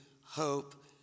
hope